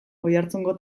oiartzungo